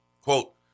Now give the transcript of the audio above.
Quote